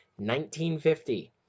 1950